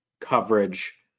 coverage